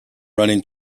running